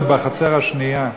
זה בחצר השנייה.